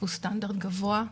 והוא סטנדרט גבוה,